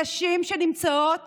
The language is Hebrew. נשים שנמצאות